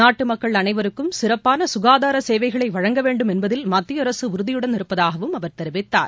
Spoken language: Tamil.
நாட்டுமக்கள் அனைவருக்கும் சிறப்பானசுகாதாரசேவைகளைவழங்க வேண்டும் என்பதில் மத்தியஅரசுஉறுதியுடன் இருப்பதாகவும் அவர் தெரிவித்தார்